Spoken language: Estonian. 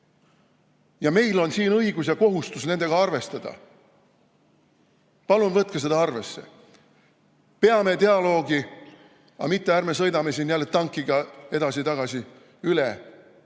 Meil siin on õigus ja kohustus nendega arvestada. Palun võtke seda arvesse! Peame dialoogi, mitte ärme sõidame tankiga edasi-tagasi üle